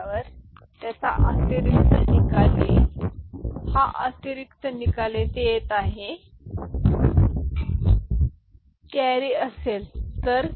आणि त्याचा अतिरिक्त निकाल येईल हा अतिरिक्त निकाल येथे येत आहे हा अतिरिक्त निकाल येथे येत आहे हा अतिरिक्त निकाल येथे येत आहे हा अतिरिक्त निकाल येथे येत आहे